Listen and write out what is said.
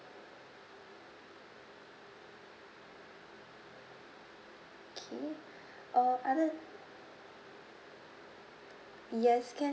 okay uh other yes can